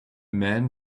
man